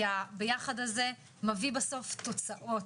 כי הביחד הזה מביא בסוף תוצאות.